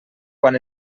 quan